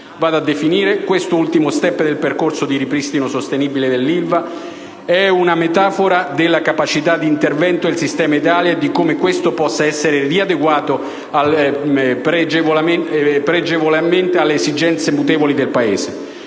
Questo ultimo *step* del percorso di ripristino sostenibile dell'Ilva è una metafora della capacità di intervento del sistema Italia e di come questo possa essere riadeguato pregevolmente alle esigenze mutevoli del Paese.